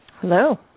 Hello